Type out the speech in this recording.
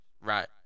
Right